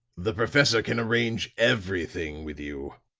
the professor can arrange everything with you.